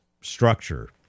structure